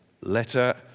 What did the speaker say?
letter